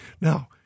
Now